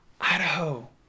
Idaho